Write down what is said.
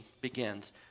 begins